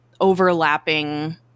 overlapping